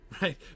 Right